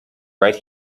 right